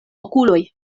okuloj